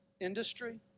industry